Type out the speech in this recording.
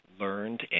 learned